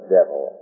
Devil